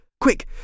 Quick